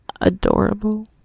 adorable